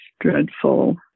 dreadful